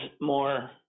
more